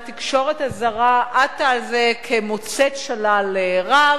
התקשורת הזרה עטה על זה כמוצאת שלל רב,